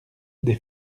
des